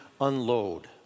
unload